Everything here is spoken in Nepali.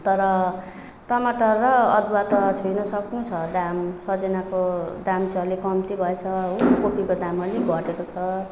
तर टमाटर र अदुवा त छोई नसक्नु छ दाम सजनाको दाम चाहिँ अलिक कम्ती भएछ हो कोपीको दाम अलिक घटेको छ